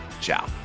Ciao